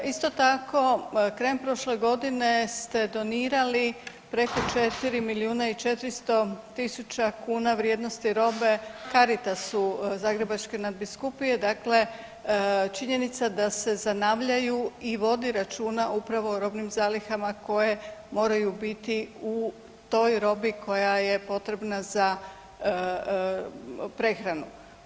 Isto tako, krajem prošle godine ste donirali preko 4 milijuna i 400 tisuća kuna vrijednosti robe Caritasu Zagrebačke nadbiskupije, dakle činjenica da se zanavljaju i vodi računa upravo o robnim zalihama koje moraju biti u toj robi koja je potrebna za prehranu.